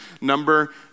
number